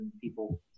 people